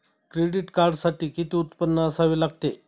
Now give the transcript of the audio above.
Credit कार्डसाठी किती उत्पन्न असावे लागते?